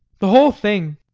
the whole thing.